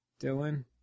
Dylan